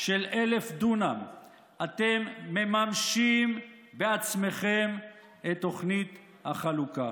אתם מממשים בעצמכם את תוכנית החלוקה.